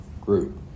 group